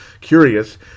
curious